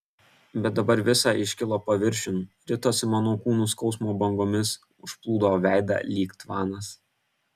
bet dabar visa iškilo paviršiun ritosi mano kūnu skausmo bangomis užplūdo veidą lyg tvanas